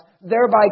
thereby